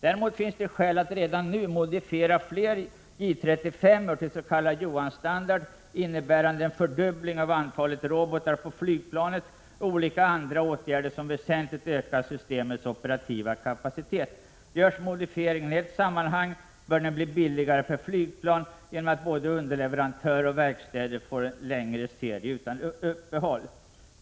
Däremot finns det skäl att redan nu modifiera fler J 35 till s.k. Johanstandard, innebärande en fördubbling av antalet robotar på flygplanet och olika andra åtgärder som väsentligt ökar systemets operativa kapacitet. Görs modifieringen i ett sammanhang, bör den bli billigare per flygplan genom att både underleverantörer och verkstäder får en längre serie utan uppehåll.